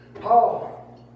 Paul